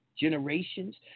generations